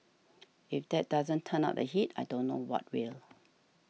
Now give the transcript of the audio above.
if that doesn't turn up the heat I don't know what will